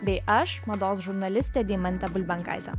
bei aš mados žurnalistė deimantė bulbenkaitė